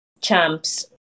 champs